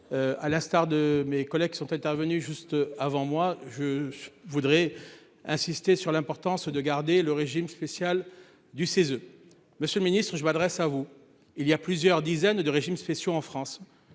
À l'instar de mes collègues sont intervenus. Juste avant, moi je voudrais insister sur l'importance de garder le régime spécial du CESE. Monsieur le Ministre, je m'adresse à vous, il y a plusieurs dizaines de régimes spéciaux en France.